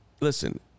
Listen